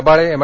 Rabale M